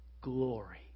Glory